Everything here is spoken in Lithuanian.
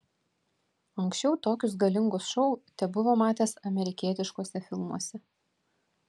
anksčiau tokius galingus šou tebuvo matęs amerikietiškuose filmuose